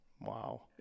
wow